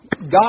God